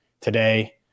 today